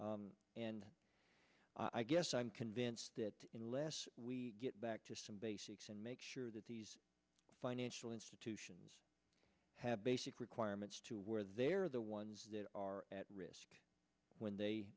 and i guess i'm convinced that unless we get back to some basics and make sure that these financial institutions have basic requirements to where they're the ones that are at risk when they